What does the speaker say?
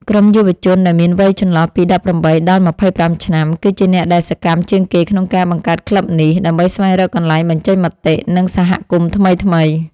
ក្រុមយុវជនដែលមានវ័យចន្លោះពី ១៨ ដល់ ២៥ ឆ្នាំ គឺជាអ្នកដែលសកម្មជាងគេក្នុងការបង្កើតក្លឹបនេះ ដើម្បីស្វែងរកកន្លែងបញ្ចេញមតិ និងសហគមន៍ថ្មីៗ។